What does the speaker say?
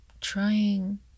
trying